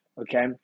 Okay